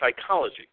psychology